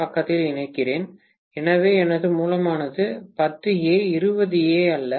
பக்கத்தில் இணைக்கிறேன் எனவே எனது மூலமானது 10 ஏ 20 ஏ அல்ல